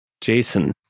jason